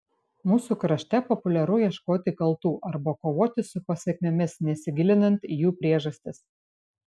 mūsų krašte populiaru ieškoti kaltų arba kovoti su pasekmėmis nesigilinant į jų priežastis